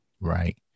Right